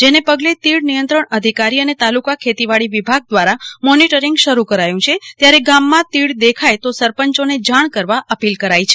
જેને પગલે તીડ નિયંત્રણ અધિકારી અને તાલુકા ખેતીવાડી વિભાગ દ્વારા મોનીટરીંગ શરૂ કરાયું છે ત્યારે ગામમાં તીડ દેખાય તો સરપંચોને જાણ કરવા અપીલ કરાઈ છે